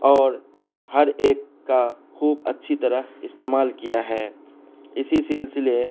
اور ہر ایک کا خوب اچھی طرح استعمال کیا ہے اسی سلسلے